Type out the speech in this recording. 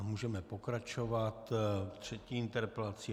Můžeme pokračovat třetí interpelací.